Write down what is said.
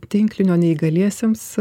tinklinio neįgaliesiems